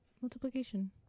multiplication